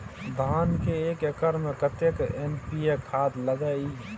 धान के एक एकर में कतेक एन.पी.ए खाद लगे इ?